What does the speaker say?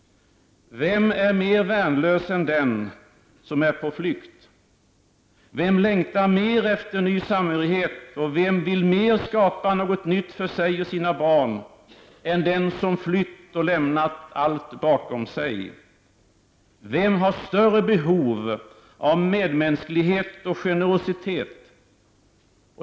Vem är mer värnlös än den som är på flykt? Vem längtar mer efter ny samhörighet och vem vill mer skapa något nytt för sig och sina barn än den som flytt och lämnat allt bakom sig? Vem har större behov av medmänsklighet och generositet?